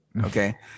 Okay